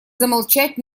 замолчать